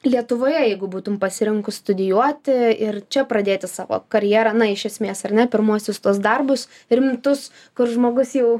lietuvoje jeigu būtum pasirinkus studijuoti ir čia pradėti savo karjerą na iš esmės ar ne pirmuosius tuos darbus rimtus kur žmogus jau